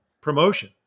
promotion